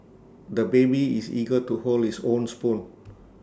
the baby is eager to hold his own spoon